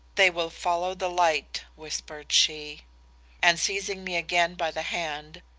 they will follow the light whispered she and seizing me again by the hand,